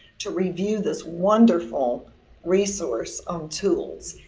to review this wonderful resource on tools,